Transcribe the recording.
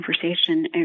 conversation